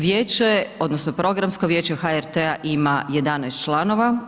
Vijeće odnosno Programsko vijeće HRT-a ima 11 članova.